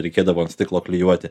reikėdavo ant stiklo klijuoti